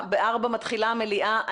15:56, ב-16:00 מתחילה המליאה.